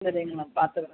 சரிங்க மேம் பாத்துக்கிறேன்